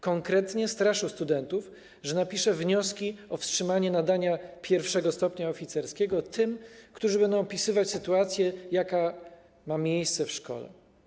Konkretnie straszył studentów, że napisze wnioski o wstrzymanie nadania pierwszego stopnia oficerskiego tym, którzy będą opisywać sytuację, jaka ma miejsce w szkole.